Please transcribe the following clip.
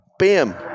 Bam